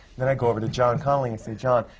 then i go over to john conley, and say, john,